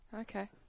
Okay